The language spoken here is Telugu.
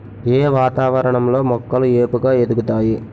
ఏ వాతావరణం లో మొక్కలు ఏపుగ ఎదుగుతాయి?